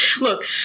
Look